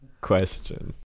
question